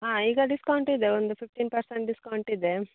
ಹಾಂ ಈಗ ಡಿಸ್ಕೌಂಟ್ ಇದೆ ಒಂದು ಫಿಫ್ಟೀನ್ ಪರ್ಸೆಂಟ್ ಡಿಸ್ಕೌಂಟ್ ಇದೆ